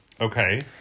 Okay